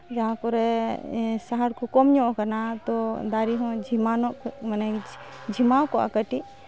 ᱡᱟᱦᱟᱸ ᱠᱚᱨᱮᱫ ᱥᱟᱦᱟᱨ ᱠᱚ ᱠᱚᱢ ᱧᱚᱜ ᱠᱟᱱᱟ ᱛᱚ ᱫᱟᱨᱮ ᱦᱚᱸ ᱡᱷᱤᱢᱟᱱᱚᱜ ᱡᱷᱤᱢᱟᱣ ᱠᱚᱜᱼᱟ ᱠᱟᱹᱴᱤᱡ